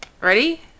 Ready